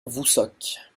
voussac